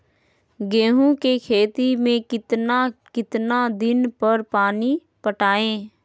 गेंहू के खेत मे कितना कितना दिन पर पानी पटाये?